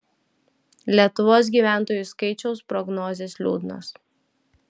lietuvos gyventojų skaičiaus prognozės liūdnos